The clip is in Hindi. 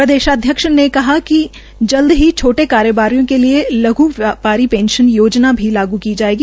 प्रदेशाध्यक्ष ने कहा कि जल्द ही छोटे कारोबारियों के लिए लघ् व्यापारी पेंशन योजना लागू की जायेगी